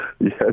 Yes